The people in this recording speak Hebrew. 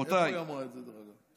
איפה היא אמרה את זה, דרך אגב?